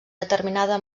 determinada